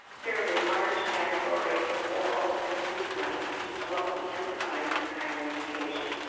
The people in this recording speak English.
fairly large category of aural and read write, which is what we emphasize in higher education.